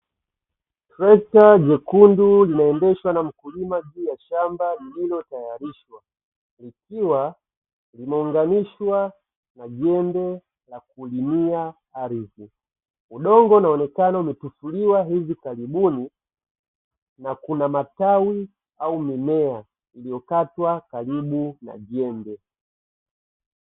Trekta nyekundu linaendeshwa na mkulima juu ya shamba lililotayarishwa ikiwa imeunganishwa na jembe na kulimia ardhi udongo unaonekana umetifuliwa hivi karibuni, na kuna matawi au mimea iliyokatwa karibu na jembe.